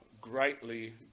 greatly